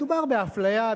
מדובר באפליה,